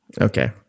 Okay